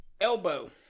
elbow